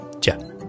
Ciao